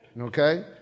Okay